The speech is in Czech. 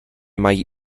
mají